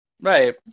Right